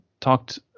talked